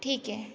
ठीक आहे